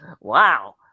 wow